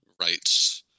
right